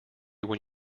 when